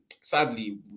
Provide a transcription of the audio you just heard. sadly